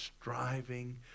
striving